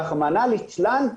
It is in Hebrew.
רחמנא ליצלן,